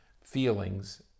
feelings